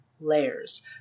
layers